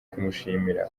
kumushimira